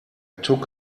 took